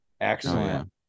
Excellent